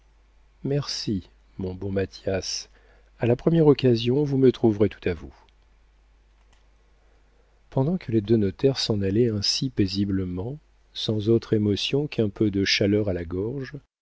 merci mon bon mathias a la première occasion vous me trouverez tout à vous pendant que les deux notaires s'en allaient ainsi paisiblement sans autre émotion qu'un peu de chaleur à la gorge